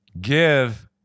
Give